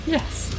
Yes